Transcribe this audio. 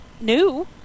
new